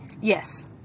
Yes